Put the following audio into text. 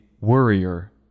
worrier